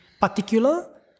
particular